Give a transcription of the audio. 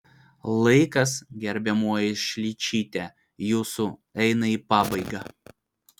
laikas gerbiamoji šličyte jūsų eina į pabaigą